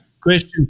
Question